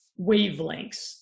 wavelengths